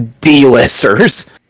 D-listers